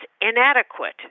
inadequate